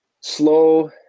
slow